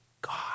God